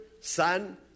Son